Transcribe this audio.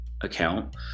account